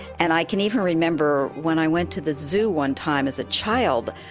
and i can even remember when i went to the zoo one time as a child,